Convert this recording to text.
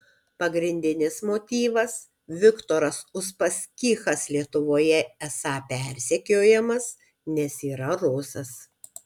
pagrindinis motyvas viktoras uspaskichas lietuvoje esą persekiojamas nes yra rusas